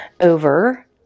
over